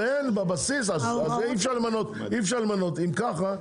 --- אם ככה,